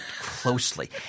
closely